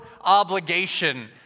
obligation